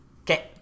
Okay